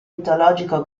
mitologico